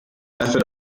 method